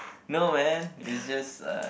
no man it's just uh